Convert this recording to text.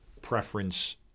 preference